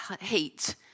heat